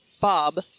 bob